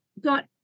got